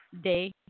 day